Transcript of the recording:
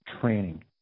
training